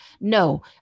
No